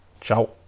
Ciao